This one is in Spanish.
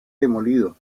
demolido